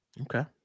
Okay